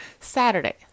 Saturday